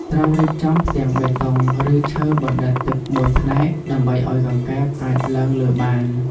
ត្រូវរៀបចំផ្ទាំងបេតុង ឬឈើបណ្ដែតទឹកមួយផ្នែក ដើម្បីឲ្យកង្កែបអាចឡើងលើបាន។